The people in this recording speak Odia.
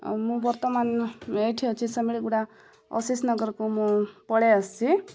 ମୁଁ ବର୍ତ୍ତମାନ ଏଇଠି ଅଛି ସେମିଳିଗୁଡ଼ା ଅଶିଷ ନଗରକୁ ମୁଁ ପଳାଇ ଆସିଛି